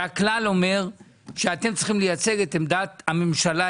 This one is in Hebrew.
והכלל אומר שאתם צריכים לייצג את עמדת הממשלה,